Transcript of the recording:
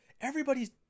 everybody's